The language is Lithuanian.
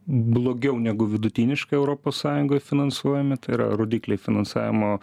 blogiau negu vidutiniškai europos sąjungoj finansuojami tai yra rodikliai finansavimo